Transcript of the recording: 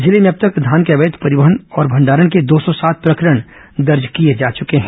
जिले में अब तक धान के अवैध परिवहन और भंडारण के दो सौ सात प्रकरण दर्ज किए जा चुके हैं